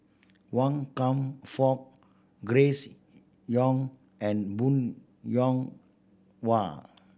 Wan Kam Fook Grace Young and Bong Hiong Hwa